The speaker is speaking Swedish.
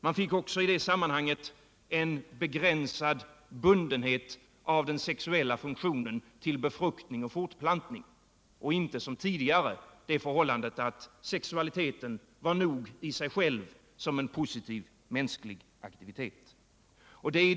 Man fick också i det sammanhanget en begränsad bundenhet av den sexuella funktionen till befruktning och fortplantning, i stället för som tidigare, då sexualiteten var nog i sig själv, som en positiv mänsklig aktivitet.